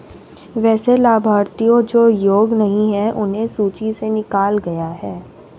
वैसे लाभार्थियों जो योग्य नहीं हैं उन्हें सूची से निकला गया है